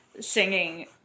singing